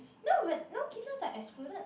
no but no kittens are excluded